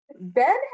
Ben